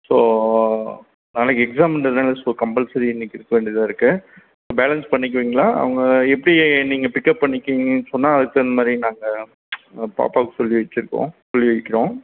so நாளைக்கு எக்ஸாமுங்றதுனால so compulsory இன்றைக்கி இருக்க வேண்டியதாக இருக்குது பேலன்ஸ் பண்ணிக்குவீங்களா அவங்க எப்படி நீங்கள் பிக்அப் பண்ணிக்குவீங்கன் சொன்னால் அதுக்குத் தகுந்தமாதிரி நாங்கள் பாப்பாவுக்கு சொல்லி வெச்சுருக்கோம் சொல்லி வைக்கிறோம்